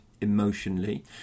emotionally